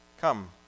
come